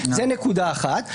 זאת נקודה אחת.